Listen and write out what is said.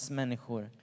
människor